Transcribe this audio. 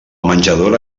menjadora